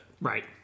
Right